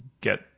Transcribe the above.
get